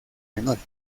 menores